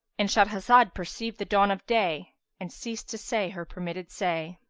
and shahrazad perceived the dawn of day and ceased to say her permitted say.